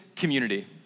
community